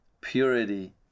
purity